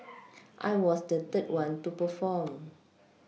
I was the third one to perform